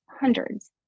hundreds